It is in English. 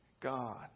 God